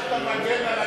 איך אתה מגן על,